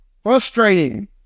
frustrating